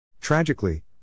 Tragically